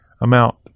amount